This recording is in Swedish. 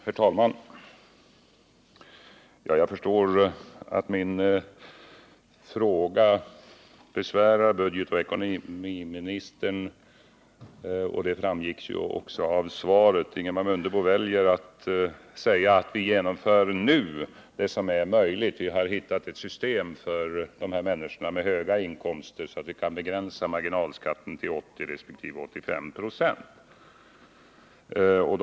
Herr talman! Jag förstår att min fråga besvärade budgetoch ekonomiministern. Det framgick också av svaret. Ingemar Mundebo valde att säga att folkpartiet nu vill genomföra det som är möjligt, att regeringen har hittat ett system som gör att marginalskatten kan begränsas till 80 resp. 85 926 för människor med höga inkomster.